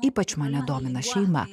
ypač mane domina šeima